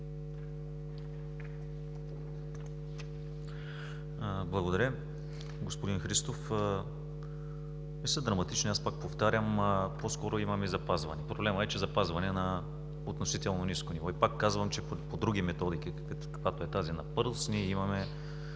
Благодаря. Господин Христов, не са драматични, пак повтарям, по-скоро имаме запазване – проблемът е, че е запазване на относително ниско ниво. Пак казвам, че по други методики, каквато е тази на PIRLS, ние имаме